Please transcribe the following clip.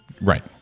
right